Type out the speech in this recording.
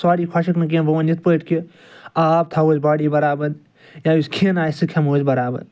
سۄری خۄشِک نہٕ کیٚنہہ بہٕ وَنہٕ یِتھ پٲٹھۍ کہ آب تھاوَو أسۍ باڑی برابر یا یُس کھیٚن آسہِ سُہ کھیٚمَو أسۍ برابر